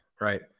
right